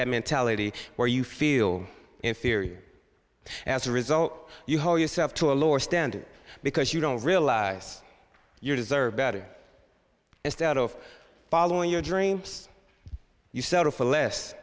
that mentality where you feel inferior as a result you hold yourself to a lower standard because you don't realize you deserve better instead of following your dream you settle for less